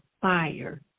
fire